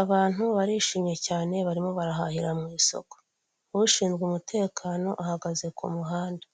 Abantu barishimye cyane barimo barahahira mu isoko, ushinzwe umutekano ahagaze ku muhanda.